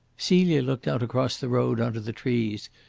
celia looked out across the road on to the trees,